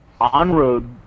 on-road